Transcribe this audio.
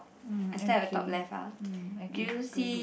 mm okay mm okay go ahead